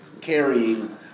carrying